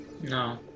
No